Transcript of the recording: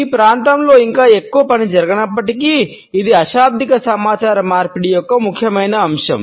ఈ ప్రాంతంలో ఇంకా ఎక్కువ పని జరగనప్పటికీ ఇది అశాబ్దిక సమాచార మార్పిడి యొక్క ముఖ్యమైన అంశం